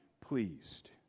pleased